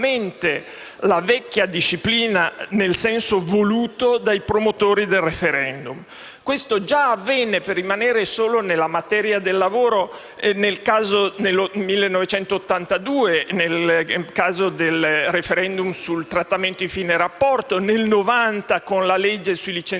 la vecchia disciplina nel senso voluto dai promotori del *referendum*. Questo già avvenne nel 1982, per rimanere sulla materia del lavoro, nel caso del *referendum* sul trattamento di fine rapporto, e nel 1990, con la legge sui licenziamenti nelle imprese di